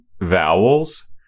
vowels